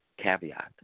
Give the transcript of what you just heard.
caveat